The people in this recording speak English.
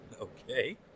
Okay